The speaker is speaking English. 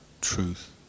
truth